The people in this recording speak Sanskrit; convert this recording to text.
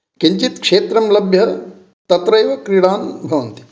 किञ्चिद् क्षेत्रं लभ्य तत्र एव क्रीडां भवन्ति